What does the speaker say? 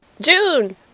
june